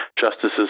Justices